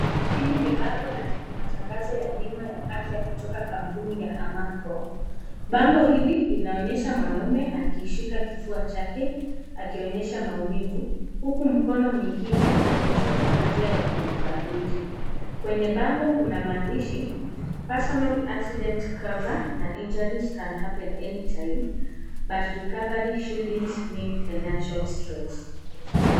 Hili ni bango la matangazo ya bima ya afya kutoka kwa kampuni ya Amaco . Bango hili linaonyesha mwanaume akishika kifua chake akionyesha maumivu huku mkono mwingine ukimshika kwa njia ya kumfariji . Kwenye bango kuna maandishi , personal accident cover na injuries can happen any time but recovery shouldn't mean financial stress .